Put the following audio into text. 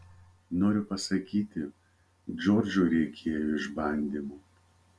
noriu pasakyti džordžui reikėjo išbandymų